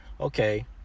okay